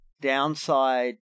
downside